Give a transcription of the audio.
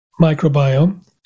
microbiome